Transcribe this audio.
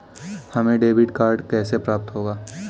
हमें debit card कैसे प्राप्त होगा?